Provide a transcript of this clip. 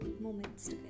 moments